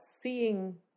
seeing